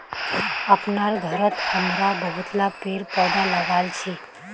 अपनार घरत हमरा बहुतला पेड़ पौधा लगाल छि